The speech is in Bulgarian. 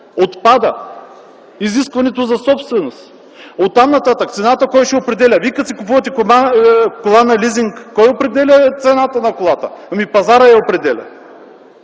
отпада изискването за собственост. Оттам нататък кой ще определя цената? Вие като си купувате кола на лизинг кой определя цената на колата? Пазарът я определя.